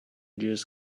just